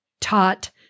taught